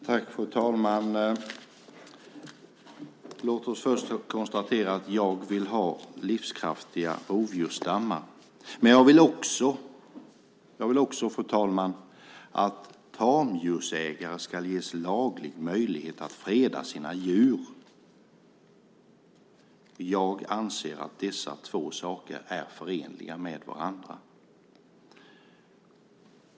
Fru talman! Låt oss först konstatera att jag vill ha livskraftiga rovdjursstammar. Men jag vill också, fru talman, att tamdjursägare ska ges laglig möjlighet att freda sina djur. Jag anser att dessa två saker är förenliga med varandra.